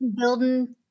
Building